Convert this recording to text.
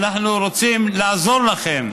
אנחנו רוצים לעזור לכם,